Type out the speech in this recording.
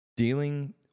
Dealing